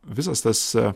visas tas